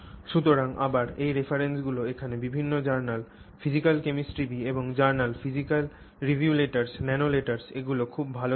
সুতরাং আবার এই রেফারেন্সগুলি এখানে বিভিন্ন জার্নাল physical chemistry B এর journal physical review letters nano letters এগুলি খুব ভাল জার্নাল